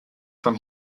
from